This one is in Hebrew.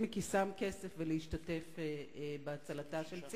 מכיסם כסף ולהשתתף בהצלתה של "צים".